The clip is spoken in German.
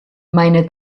meine